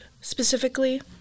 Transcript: specifically